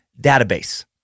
database